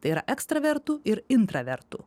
tai yra ekstravertų ir intravertų